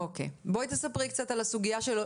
אוקיי, בואי תספרי קצת על הסוגייה.